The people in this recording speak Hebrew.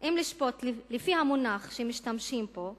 לפי המונח שמשתמשים בו פה,